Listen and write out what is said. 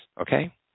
Okay